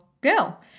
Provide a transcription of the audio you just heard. girl